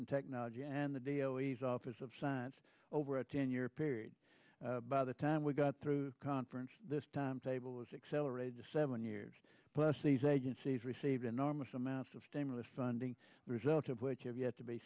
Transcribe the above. and technology and the daily's office of science over a ten year period by the time we got through the conference this timetable was accelerated to seven years plus these agencies received enormous amounts of stimulus funding results of which have yet to be